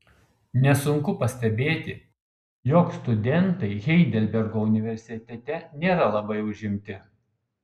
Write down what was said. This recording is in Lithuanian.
nesunku pastebėti jog studentai heidelbergo universitete nėra labai užimti